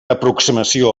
aproximació